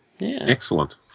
excellent